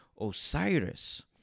Osiris